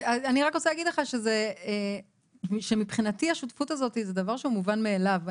ואני רק רוצה להגיד לך שמבחינתי השותפות הזאת זה דבר שהוא מובן מאליו.